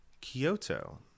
Kyoto